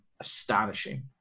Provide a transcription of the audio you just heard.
astonishing